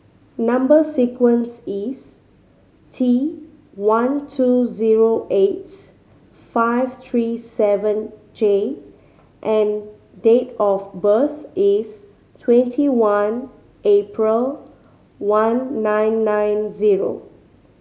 number sequence is T one two zero eight five three seven J and date of birth is twenty one April one nine nine zero